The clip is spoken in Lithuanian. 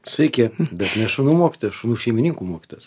sveiki bet ne šunų mokytojas šunų šeimininkų mokytojas